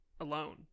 alone